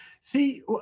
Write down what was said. See